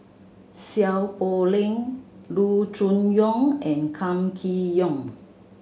Seow Poh Leng Loo Choon Yong and Kam Kee Yong